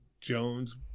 Jones